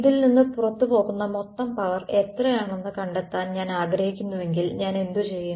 ഇതിൽ നിന്ന് പുറത്തുപോകുന്ന മൊത്തം പവർ എത്രയാണെന്ന് കണ്ടെത്താൻ ഞാൻ ആഗ്രഹിക്കുന്നുവെങ്കിൽ ഞാൻ എന്തുചെയ്യും